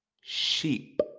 Sheep